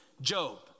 Job